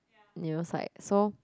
neuro side so